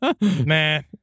Man